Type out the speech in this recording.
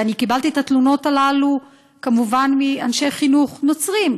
ואני קיבלתי את התלונות הללו כמובן מאנשי חינוך נוצרים.